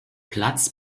platz